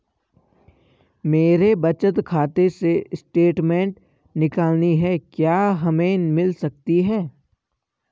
मेरे बचत खाते से स्टेटमेंट निकालनी है क्या हमें मिल सकती है?